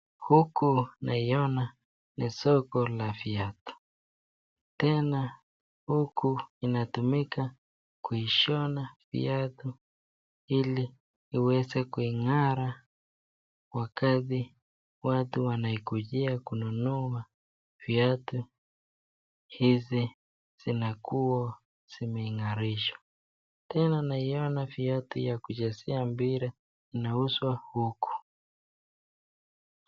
Huku naiona ni soko la viatu. Tena huku inatumika kuishona viatu, ili viweze kuing'ara wakati watu wanaikujia kununua viatu hizi zinakuwa zimeing'arishwa. Tena naiona viatu ya kuchezea mpira inauzwa huku.